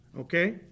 Okay